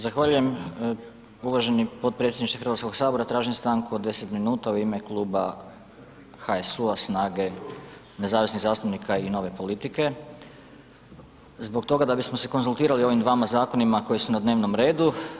Zahvaljujem uvaženi potpredsjedniče Hrvatskog sabora, tražim stanku od 10 minuta u ime kluba HSU-a, SNAGA-e, nezavisnih zastupnika i Nove politike zbog toga da bismo se konzultirali o ovim dvama zakonima koji su na dnevnom redu.